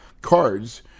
cards